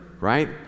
right